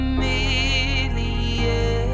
million